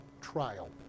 trial